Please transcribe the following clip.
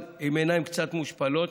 אבל בעיניים קצת מושפלות,